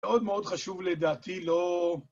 מאוד מאוד חשוב לדעתי, לא...